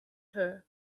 her